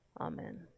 Amen